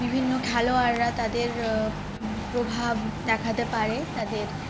বিভিন্ন খেলোয়াড়রা তাদের প্রভাব দেখাতে পারে তাদের